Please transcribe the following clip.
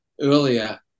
earlier